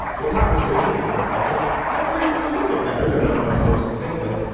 so in conversation with the professors, i phrased it a little bit better, though, not much more succinctly.